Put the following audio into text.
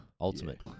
Ultimate